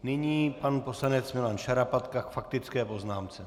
Nyní pan poslanec Milan Šarapatka k faktické poznámce.